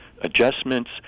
adjustments